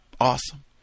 Awesome